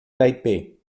taipei